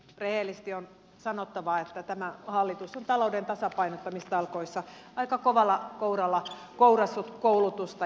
rehellisesti on sanottava että tämä hallitus on talouden tasapainottamistalkoissa aika kovalla kouralla kouraissut koulutusta